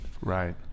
right